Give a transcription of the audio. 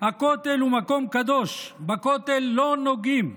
הכותל הוא מקום קדוש, בכותל לא נוגעים,